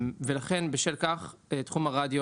לכן בשל כך תחום הרדיו,